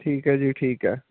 ਠੀਕ ਹੈ ਜੀ ਠੀਕ ਹੈ